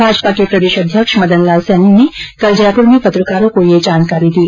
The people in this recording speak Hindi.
भाजपा के प्रदेशाध्यक्ष मदन लाल सैनी ने कल जयपुर में पत्रकारों को यह जानकारी दी